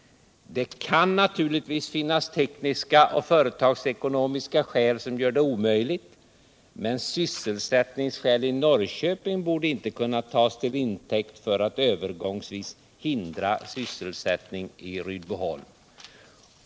Det kan naturligtvis finnas tekniska och företagsekonomiska skäl som gör det omöjligt, men sysselsättningsskäl i Norrköping borde inte kunna tas till intäkt för att övergångsvis hindra sysselsättning i Rydboholm.